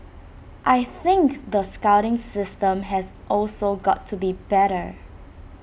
I think the scouting system has also got to be better